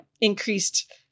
increased